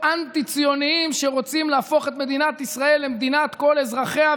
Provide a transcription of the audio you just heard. אנטי-ציוניים שרוצים להפוך את מדינת ישראל למדינת כל אזרחיה,